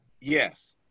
Yes